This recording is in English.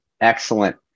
Excellent